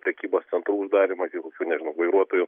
prekybos centrų uždarymą iki kokių nežinau vairuotojų